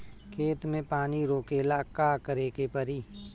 खेत मे पानी रोकेला का करे के परी?